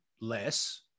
less